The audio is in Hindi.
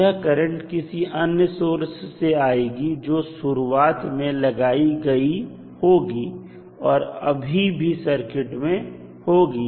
यह करंट किसी अन्य सोर्स से आएगी जो शुरुआत में लगाई गई होगी और अभी भी सर्किट में होगी